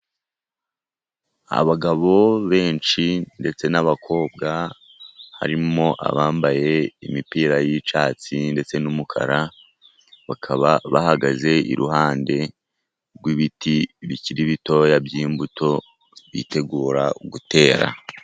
Abagabo benshi ndetse n'abakobwa, harimo abambaye imipira y'icyatsi ndetse n'umukara, bakaba bahagaze iruhande rw'ibiti bikiri bitoya by'imbuto bitegura gutera.